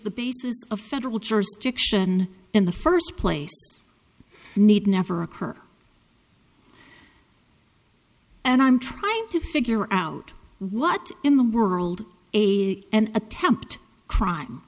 the basis of federal jurisdiction in the first place need never occur and i'm trying to figure out what in the world a and attempt crime